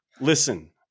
listen